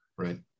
Right